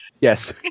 Yes